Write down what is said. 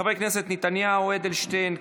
חבר הכנסת בנימין נתניהו, יולי אדלשטיין,